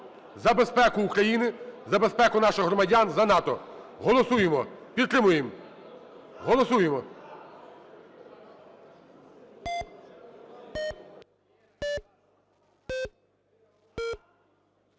за безпеку України, за безпеку наших громадян, за НАТО. Голосуємо, підтримуємо. Голосуємо.